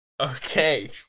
Okay